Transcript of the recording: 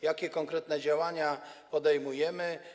Jakie konkretne działania podejmujemy?